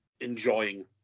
Enjoying